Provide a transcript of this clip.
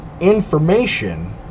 information